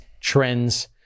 trends